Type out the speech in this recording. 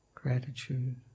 gratitude